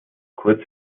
kurz